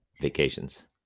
vacations